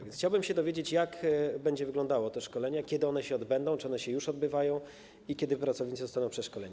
A więc chciałbym się dowiedzieć, jak będą wyglądały te szkolenia, kiedy one się odbędą, czy one się już odbywają i kiedy pracownicy zostaną przeszkoleni.